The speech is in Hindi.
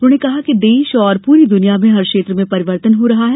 उन्होंने कहा कि देश और पूरी दुनिया में हर क्षेत्र में परिवर्तन हो रहा है